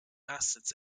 assets